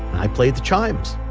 i played the chimes.